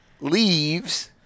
leaves